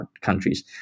countries